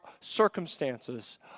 circumstances